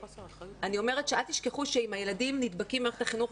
אני אומרת שאל תשכחו שאם הילדים נדבקים במערכת החינוך,